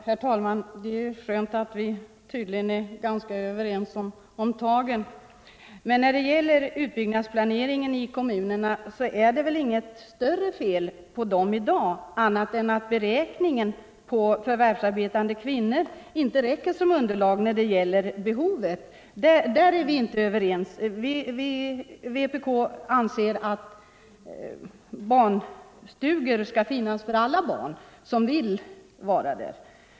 Herr talman! Det är skönt att vi tydligen är ganska överens om tagen. Men utbyggnadsplaneringen i kommunerna är det väl inget större fel på i dag, annat än att beräkningen av antalet förvärvsarbetande kvinnor inte räcker som underlag för att fastställa behovet. Där är vi inte överens. Vi i vpk anser att barnstugor skall finnas för alla barn som vill vara där.